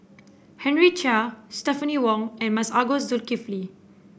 Henry Chia Stephanie Wong and Masagos Zulkifli